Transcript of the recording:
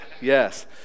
yes